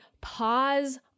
pause